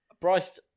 Bryce